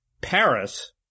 Paris